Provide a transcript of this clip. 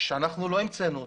שאנחנו לא המצאנו אותה.